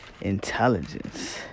intelligence